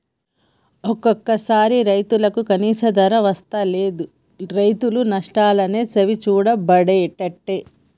ఒక్కోసారి రైతుకు కనీస ధర వస్తలేదు, రైతు నష్టాలనే చవిచూడబట్టే